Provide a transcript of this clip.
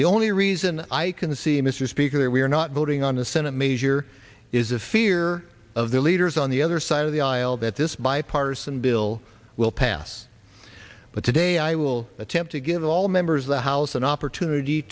the only reason i can see mr speaker we are not voting on the senate measure is the fear of the leaders on the other side of the aisle that this bipartisan bill will pass but today i will attempt to give all members of the house an opportunity